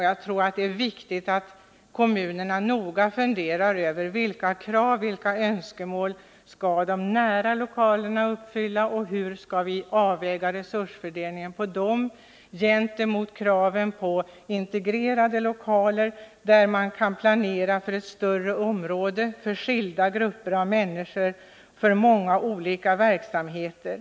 Jag tror att det är viktigt att kommunerna noga funderar över vilka krav och önskemål de nära lokalerna skall uppfylla och hur resursfördelningen skall avvägas gentemot kraven på integrerade lokaler, där man kan planera för ett större område, för skilda grupper av människor, för många olika verksamheter.